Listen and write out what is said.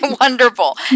wonderful